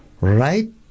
right